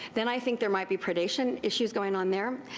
then i think there might be predation issues going on there.